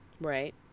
Right